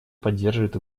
поддерживает